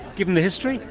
given the history?